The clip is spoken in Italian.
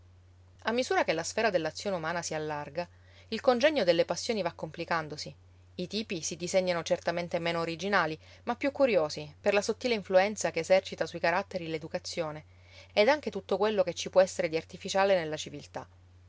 a misura che la sfera dell'azione umana si allarga il congegno delle passioni va complicandosi i tipi si disegnano certamente meno originali ma più curiosi per la sottile influenza che esercita sui caratteri l'educazione ed anche tutto quello che ci può essere di artificiale nella civiltà